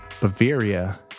Bavaria